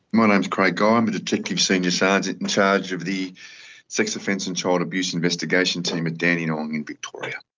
my name's craig gye. ah i'm a detective senior sergeant in charge of the sex offence and child abuse investigation team at dandenong in victoria.